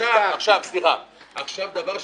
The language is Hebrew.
דבר שני,